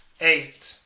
Eight